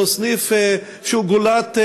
זה סניף שהוא גולת